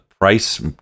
price